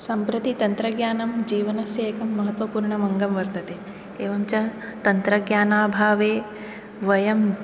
सम्प्रति तन्त्रज्ञानं जीवनस्य एकं महत्वपूर्णम् अङ्गं वर्तते एवञ्च तन्त्रज्ञानाभावे वयं